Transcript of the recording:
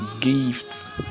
gifts